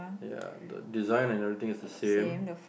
ya the design everything is the same